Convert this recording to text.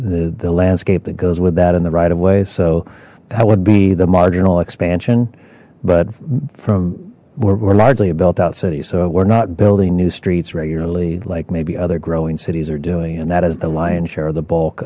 the landscape that goes with that in the right of way so that would be the marginal expansion but from we're largely a built out city so we're not building new streets regularly like maybe other growing cities are doing and that is the lion's share of the bulk